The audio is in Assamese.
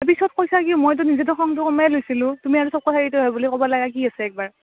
পিছত কৈছা কি মইটো নিজেতো খংটো কমাই লৈছিলোঁ তুমি আৰু চব কথাত ইৰিটেট হয় বুলি কব লাগা কি আছে একবাৰ